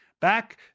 back